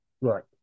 Right